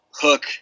hook